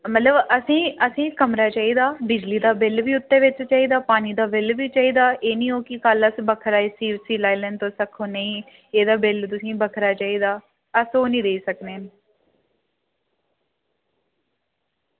मतलब मतलब असें ई कमरा चाहिदा बिजली दा बिल बी ओह्दे च चाहिदा पानी दा बिल बी ओह्दे च चाहिदा एह् निं होऐ की कल्ल अस बक्खरा एसी लाई लैन ते तुस आक्खो नेईं एह्दा बिल तुसेंगी बक्खरा चाहिदा अस ओह् निं देई सकने न